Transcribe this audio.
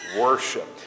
worship